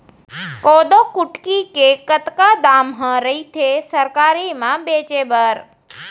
कोदो कुटकी के कतका दाम ह रइथे सरकारी म बेचे बर?